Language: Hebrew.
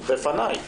הוא בפניי.